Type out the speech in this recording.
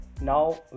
Now